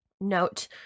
Note